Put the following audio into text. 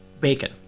bacon